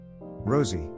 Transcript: rosie